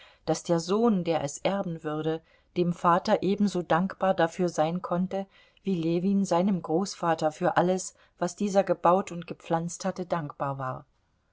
daß der sohn der es erben würde dem vater ebenso dankbar dafür sein konnte wie ljewin seinem großvater für alles was dieser gebaut und gepflanzt hatte dankbar war